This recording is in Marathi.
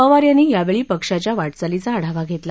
पवार यांनी यावेळी पक्षाच्या वाटचालीचा आढावा घेतला